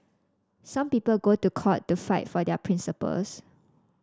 some people go to court to fight for their principles